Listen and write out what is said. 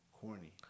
corny